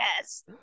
yes